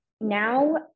now